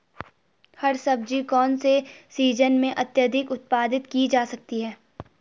हरी सब्जी कौन से सीजन में अत्यधिक उत्पादित की जा सकती है?